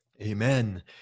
Amen